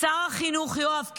ושר החינוך יואב קיש.